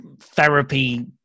therapy